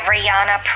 Rihanna